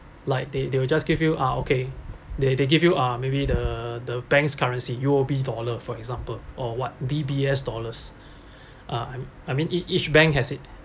like they they will just give you ah okay they they give you ah maybe the the bank's currency U_O_B dollar for example or what D_B_S dollars uh I mean I mean each each bank has it